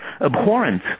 abhorrent